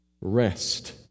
Rest